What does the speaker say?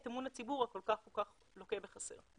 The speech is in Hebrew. את אמון הציבור הכול-כך כל כך לוקה בחסר.